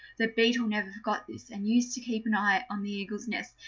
the beetle never forgot this, and used to keep an eye on the eagle's nest,